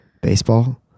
baseball